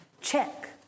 check